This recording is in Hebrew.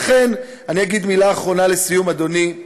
לכן, אני אגיד מילה אחרונה לסיום, אדוני: